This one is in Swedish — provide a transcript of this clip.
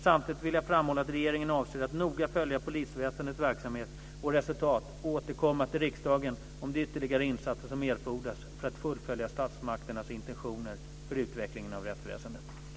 Samtidigt vill jag framhålla att regeringen avser att noga följa polisväsendets verksamhet och resultat och återkomma till riksdagen om de ytterligare insatser som erfordras för att fullfölja statsmakternas intentioner för utvecklingen av rättsväsendet.